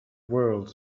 world